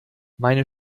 meine